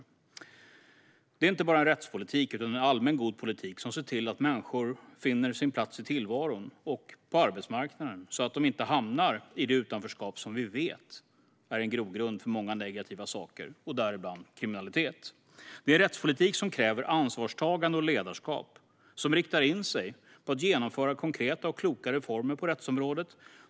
Detta är inte bara en rättspolitik utan en allmänt god politik. Den ser till att människor finner sin plats i tillvaron och på arbetsmarknaden, så att de inte hamnar i det utanförskap som vi vet är en grogrund för många negativa saker, däribland kriminalitet. Det är en rättspolitik som kräver ansvarstagande och ledarskap. Den riktar in sig på att genomföra konkreta och kloka reformer på rättsområdet.